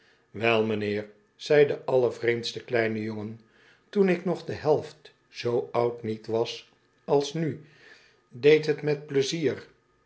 wel m'nheer zei de allervreemdste kleine jongen toen ik nog de helft zoo oud niet was als nu deed t me pleizier